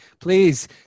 please